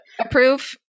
approve